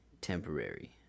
temporary